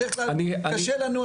אני אתן לך